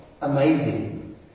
amazing